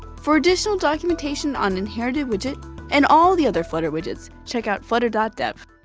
for additional documentation on inheritedwidget and all the other flutter widgets, check out flutter ah dev.